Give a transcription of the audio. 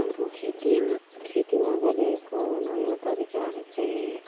अब खेतीमा खेतीमा गरिरहेको नयाँ तरिकाहरू चाहिँ